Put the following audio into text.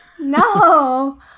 No